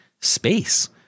Space